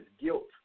guilt